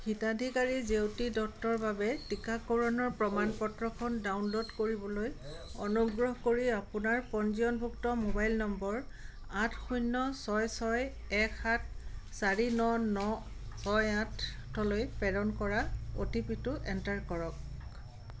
হিতাধিকাৰী জেউতি দত্তৰ বাবে টীকাকৰণৰ প্ৰমাণ পত্ৰখন ডাউনল'ড কৰিবলৈ অনুগ্ৰহ কৰি আপোনাৰ পঞ্জীয়নভুক্ত মোবাইল নম্বৰ আঠ শূন্য ছয় ছয় এক সাত চাৰি ন ন ছয় আঠ অলৈ প্ৰেৰণ কৰা অ' টি পি টো এণ্টাৰ কৰক